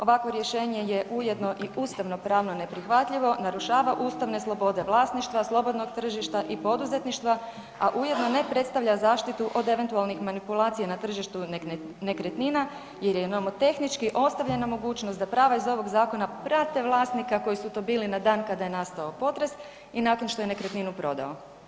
Ovakvo rješenje je ujedno i ustavnopravno neprihvatljivo, narušava ustavne slobode vlasništva, slobodnog tržišta i poduzetništva, a ujedno ne predstavlja zaštitu od eventualnih manipulacija na tržištu nekretnina jer je i nomotehnički ostavljena mogućnost da prava iz ovog zakona prate vlasnika koji su to bili na dan kada je nastao potres i nakon što je nekretninu prodao.